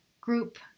group